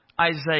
Isaiah